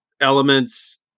elements